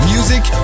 Music